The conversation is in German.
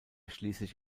schließlich